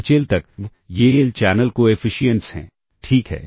H L तक ये L channel coefficients हैं ठीक है